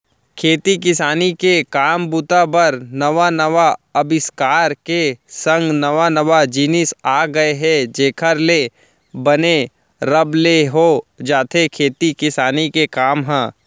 खेती किसानी के काम बूता बर नवा नवा अबिस्कार के संग नवा नवा जिनिस आ गय हे जेखर ले बने रब ले हो जाथे खेती किसानी के काम ह